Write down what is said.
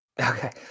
Okay